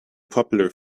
popular